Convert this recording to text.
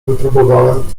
wypróbowałem